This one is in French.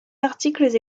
articles